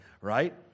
right